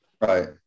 right